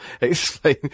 explain